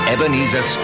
Ebenezer